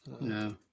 No